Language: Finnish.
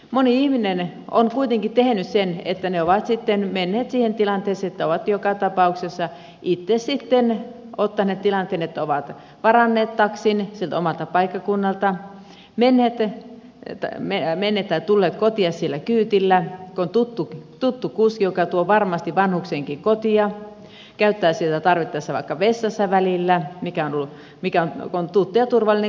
moni ihminen on kuitenkin tehnyt sen että ovat sitten menneet siihen tilanteeseen ovat joka tapauksessa itse sitten varanneet taksin sieltä omalta paikkakunnalta menneet tai tulleet kotiin sillä kyydillä kun on tuttu kuski joka tuo varmasti vanhuksenkin kotia käyttää tarvittaessa vaikka vessassa välillä kun on tuttu ja turvallinen kuski